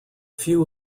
few